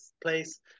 place